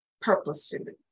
purposefully